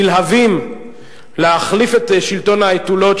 נלהבים להחליף את שלטון האייטולות,